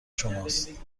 شماست